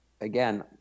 again